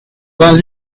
vingt